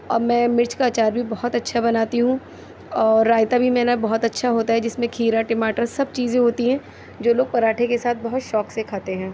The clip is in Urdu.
اب میں مرچ کا اچار بھی بہت اچھا بناتی ہوں اور رائتا بھی میں نا بہت اچھا ہوتا جس میں کھیرا ٹماٹر سب چیزیں ہوتی ہیں جو لوگ پراٹھے کے ساتھ بہت شوق سے کھاتے ہیں